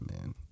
man